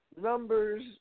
numbers